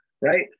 right